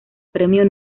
premio